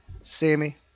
Sammy